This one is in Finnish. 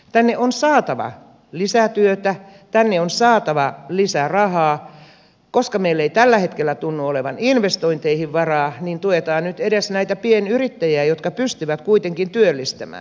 tänne on saatava lisätyötä tänne on saatava lisärahaa ja koska meillä ei tällä hetkellä tunnu olevan investointeihin varaa tuetaan nyt edes näitä pienyrittäjiä jotka pystyvät kuitenkin työllistämään